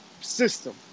system